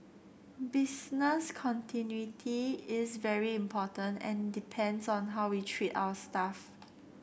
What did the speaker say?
business continuity is very important and depends on how we treat our staff